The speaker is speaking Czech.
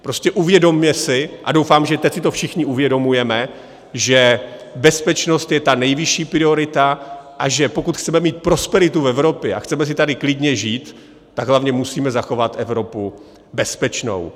Prostě uvědomme si a doufám, že teď si to všichni uvědomujeme že bezpečnost je ta nejvyšší priorita, a že pokud chceme mít prosperitu v Evropě a chceme si tady klidně žít, tak hlavně musíme zachovat Evropu bezpečnou.